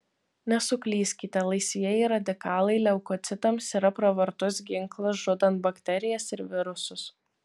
nesuklyskite laisvieji radikalai leukocitams yra pravartus ginklas žudant bakterijas ir virusus